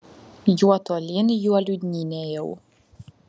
juo tolyn juo liūdnyn ėjau